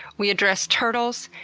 we address turtles,